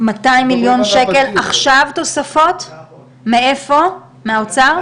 עכשיו תוספות, מאיפה, מהאוצר?